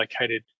located